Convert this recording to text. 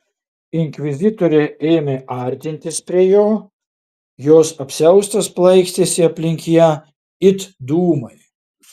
inkvizitorė ėmė artintis prie jo jos apsiaustas plaikstėsi aplink ją it dūmai